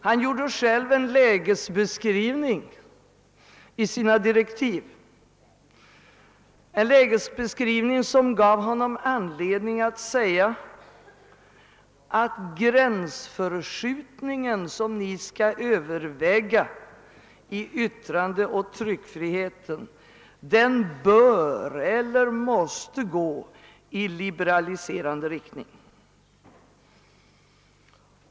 Han gjorde själv en lägesbeskrivning i sina direktiv, en lägesbeskrivning, som gav honom anledning att säga, att gränsförskjutningen som ni skall överväga i fråga om yttrandeoch tryckfriheten bör eller måste gå i liberaliserande riktning.